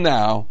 now